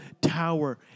tower